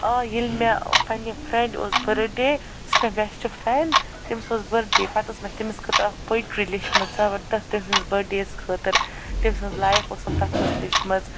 آ ییٚلہِ مےٚ پنٛنہِ فرٮ۪نٛڈِ اوس بٔرٕتھ ڈے یُس مےٚ بٮ۪سٹہِ فرٮ۪نٛڈ تٔمِس اوس بٔرٕتھ ڈے پتہٕ ٲس مےٚ تٔمِس خٲطرٕ اکھ پۄیٹری لچھمٕژ زبردس تٔمۍ سٕنٛدِس بٔرڈے یس خٲطر تٔمۍ سِنٛز لیف اوسُم تتھ منٛز لیٚچھمٕژ